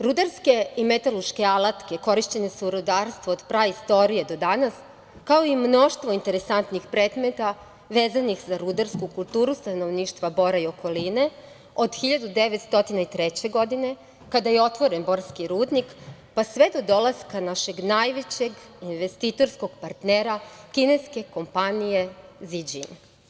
Rudarske i metalurške alatke, korišćene su u rudarstvu od praistorije do danas, kao i mnoštvo interesantnih predmeta, vezanih za rudarsku kulturu stanovništva Bora i okoline, od 1903. godine, kada je otvoren Borski rudnik, pa sve do dolaska našeg najvećeg investitorskog partnera, kineske kompanije „ZiĐin“